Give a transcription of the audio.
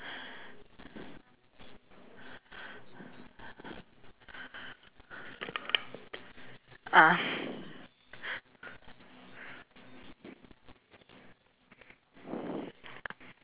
ah